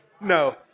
No